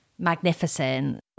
magnificent